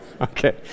Okay